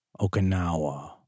Okinawa